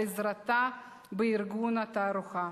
על עזרתה בארגון התערוכה.